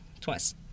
Twice